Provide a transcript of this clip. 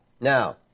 Now